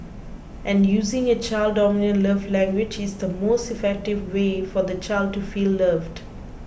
and using a child's dominant love language is the most effective way for the child to feel loved